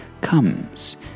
comes